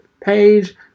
Page